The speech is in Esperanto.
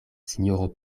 sinjoro